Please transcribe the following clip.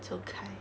走开